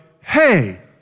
hey